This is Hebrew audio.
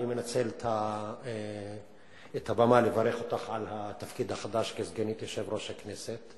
אני מנצל את הבימה לברך אותך על התפקיד החדש כסגנית יושב-ראש הכנסת.